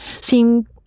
seem-